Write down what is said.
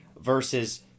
versus